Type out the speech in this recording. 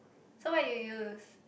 so what you use